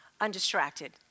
undistracted